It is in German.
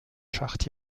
schacht